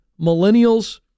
millennials